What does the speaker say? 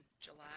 July